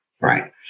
Right